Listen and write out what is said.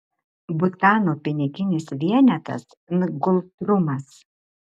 butano piniginis vienetas ngultrumas